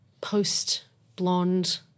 post-blonde